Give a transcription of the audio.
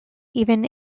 even